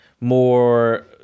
more